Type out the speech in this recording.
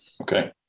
Okay